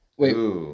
Wait